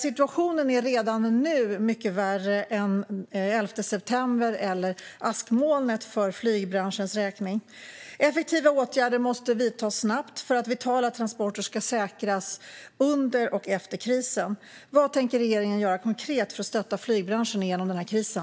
Situationen är redan nu mycket värre för flygbranschens räkning än vid 11 september eller askmolnet. Effektiva åtgärder måste vidtas snabbt för att vitala transporter ska säkras under och efter krisen. Vad tänker regeringen göra konkret för att stötta flygbranschen genom den här krisen?